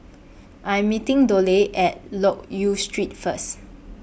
I Am meeting Dollye At Loke Yew Street First